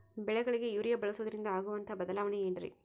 ಬೆಳೆಗಳಿಗೆ ಯೂರಿಯಾ ಬಳಸುವುದರಿಂದ ಆಗುವಂತಹ ಬದಲಾವಣೆ ಏನ್ರಿ?